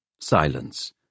silence